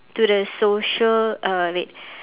to the social uh wait